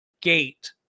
gate